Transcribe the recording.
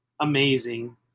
Amazing